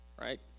Right